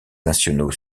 nationaux